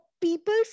people